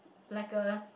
like a